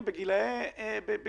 שום הנחיות ברורות,